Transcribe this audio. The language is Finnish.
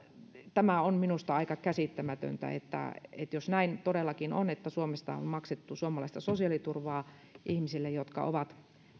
tämä on minusta aika käsittämätöntä jos näin todellakin on että suomesta on maksettu suomalaista sosiaaliturvaa ihmisille jotka ovat